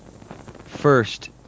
First